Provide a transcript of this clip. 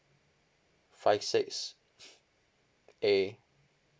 five six A